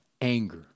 anger